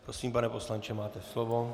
Prosím, pane poslanče, máte slovo.